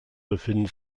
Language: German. befinden